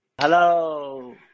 Hello